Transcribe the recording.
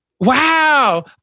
Wow